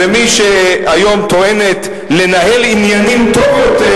ומי שהיום טוענת לנהל עניינים טוב יותר,